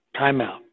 Timeout